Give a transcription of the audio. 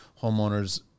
homeowners